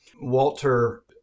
Walter